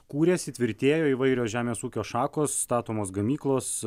kūrėsi tvirtėjo įvairios žemės ūkio šakos statomos gamyklos